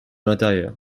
l’intérieur